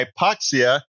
hypoxia